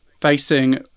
facing